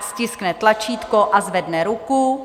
Ať stiskne tlačítko a zvedne ruku.